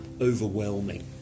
overwhelming